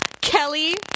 Kelly